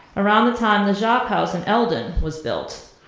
around the time the jop house in eldon was built.